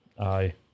Aye